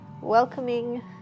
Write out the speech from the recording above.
welcoming